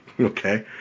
Okay